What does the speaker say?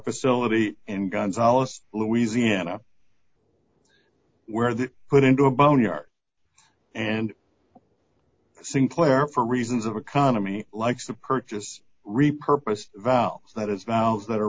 facility and gonzales louisiana where they put into a boneyard and sinclair for reasons of economy likes to purchase repurposed valves that it's mouth that are